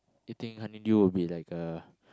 eating honeydew will be like a